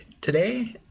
today